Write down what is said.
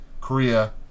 Korea